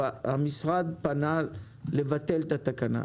המשרד פנה לבטל את התקנה.